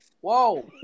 Whoa